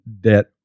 debt